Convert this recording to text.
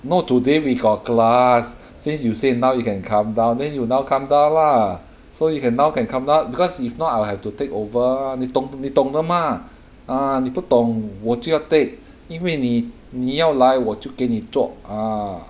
no today we got class since you say now you can come down then you now come down lah so you can now can come down because if not I'll have to take over 你懂你懂得 mah ah 你不懂我就要 take 因为你你要来我就给你做 ah